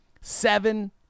seven